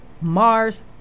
Mars